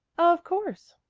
of course,